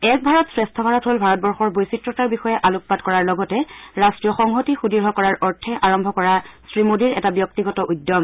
এক ভাৰত শ্ৰেষ্ঠ ভাৰত হ'ল ভাৰতবৰ্যৰ বৈচিত্ৰ্যতাৰ ওপৰত আলোকপাত কৰাৰ লগতে ৰাষ্টীয় সংহতি সূদ্য় কৰাৰ অৰ্থে আৰম্ভ কৰা শ্ৰীমোডীৰ এটা ব্যক্তিগত উদ্যম